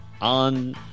on